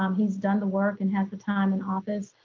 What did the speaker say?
um he's done the work and has the time in office.